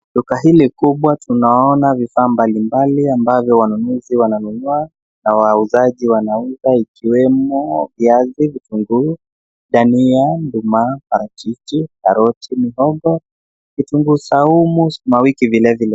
Duka hili kubwa tunaona vifaa mbalimbali ambavyo wanunuzi wananunua na wauzaji wanauza ikiwemo viazi, vitunguu, dhania, nduma, parachichi, karoti, mboga, kitunguu saumu, sukuma wiki vilevile.